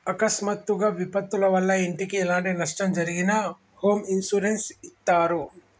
అకస్మాత్తుగా విపత్తుల వల్ల ఇంటికి ఎలాంటి నష్టం జరిగినా హోమ్ ఇన్సూరెన్స్ ఇత్తారు